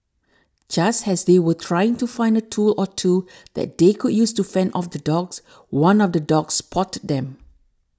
just has they were trying to find a tool or two that they could use to fend off the dogs one of the dogs spotted them